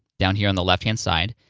down here on the left hand side,